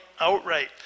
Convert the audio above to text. outright